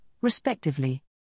respectively